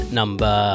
number